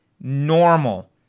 normal